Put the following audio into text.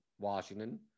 Washington